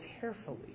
carefully